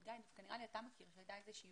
גיא, אתה מכיר את זה.